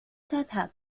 تذهب